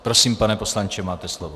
Prosím, pane poslanče, máte slovo.